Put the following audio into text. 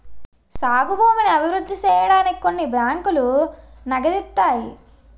సాగు భూమిని అభివృద్ధి సేయడానికి కొన్ని బ్యాంకులు నగదిత్తాయి